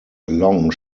long